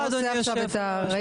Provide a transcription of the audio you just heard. תודה רבה, אדוני היושב ראש.